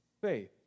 faith